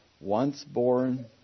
once-born